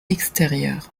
extérieur